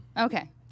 Okay